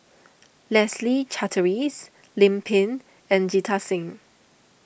Leslie Charteris Lim Pin and Jita Singh